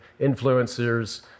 influencers